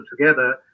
together